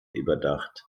überdacht